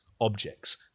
objects